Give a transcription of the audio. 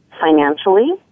financially